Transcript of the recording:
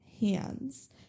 hands